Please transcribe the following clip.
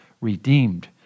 redeemed